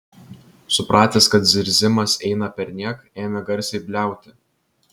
supratęs kad zirzimas eina perniek ėmė garsiai bliauti